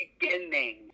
beginning